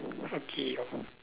okay